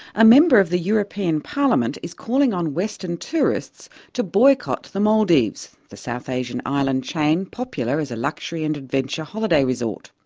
a member of the european parliament is calling on western tourists to boycott the maldives, the south asian island chain popular as a luxury and adventure holiday resort.